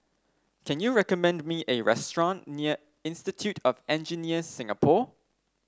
can you recommend me a restaurant near Institute of Engineers Singapore